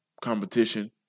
competition